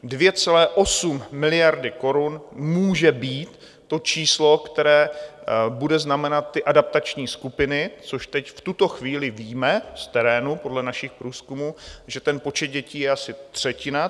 2,8 miliardy korun může být to číslo, které bude znamenat ty adaptační skupiny, což teď v tuto chvíli víme z terénu podle našich průzkumů, že ten počet dětí je asi třetina.